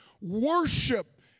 worship